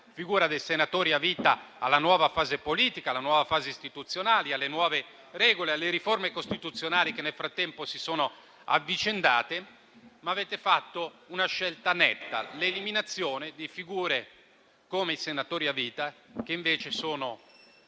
figura dei senatori a vita alla nuova fase politica e istituzionale, alle nuove regole, alle revisioni costituzionali che nel frattempo si sono avvicendate. Avete fatto invece una scelta netta, eliminando figure come i senatori a vita, che invece sono